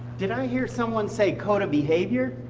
did i hear someone say code of behavior?